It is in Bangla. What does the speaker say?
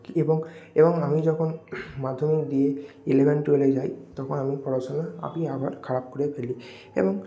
এবং এবং আমি যখন মাধ্যমিক দিয়ে ইলেভেন টুয়েলভে যাই তখন আমি পড়াশোনা আমি আবার খারাপ করে ফেলি এবং